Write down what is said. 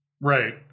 Right